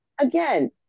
again